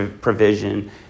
provision